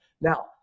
Now